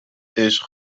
عشق